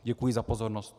Děkuji za pozornost.